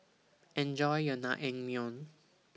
Enjoy your Naengmyeon